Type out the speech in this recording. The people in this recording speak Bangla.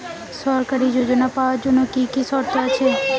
সরকারী যোজনা পাওয়ার জন্য কি কি শর্ত আছে?